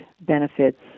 benefits